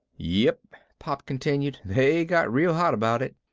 yep, pop continued, they got real hot about it.